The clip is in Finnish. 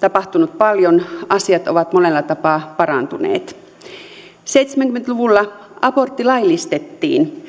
tapahtunut paljon asiat ovat monella tapaa parantuneet tuhatyhdeksänsataaseitsemänkymmentä luvulla abortti laillistettiin